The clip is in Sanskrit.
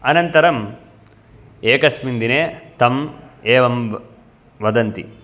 अनन्तरम् एकस्मिन् दिने तं एवं वदन्ति